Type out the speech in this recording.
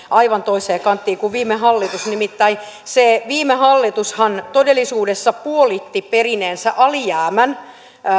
aivan toiseen kanttiin kuin viime hallitus nimittäin se viime hallitushan todellisuudessa puolitti perimänsä alijäämän